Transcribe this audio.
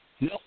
No